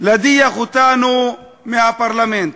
להדיח אותנו מהפרלמנט.